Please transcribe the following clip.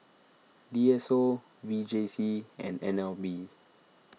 D S O V J C and N L B